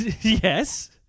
Yes